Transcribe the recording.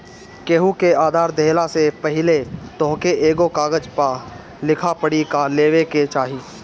केहू के उधार देहला से पहिले तोहके एगो कागज पअ लिखा पढ़ी कअ लेवे के चाही